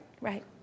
Right